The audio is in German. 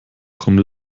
kommt